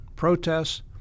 protests